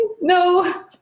no